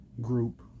group